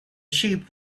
sheep